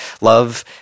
love